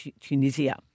Tunisia